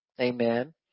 amen